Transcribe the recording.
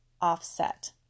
offset